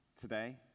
today